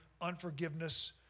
unforgiveness